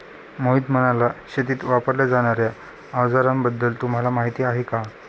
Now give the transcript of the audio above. मोहित म्हणाला, शेतीत वापरल्या जाणार्या अवजारांबद्दल तुम्हाला माहिती आहे का?